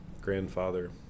grandfather